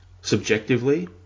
subjectively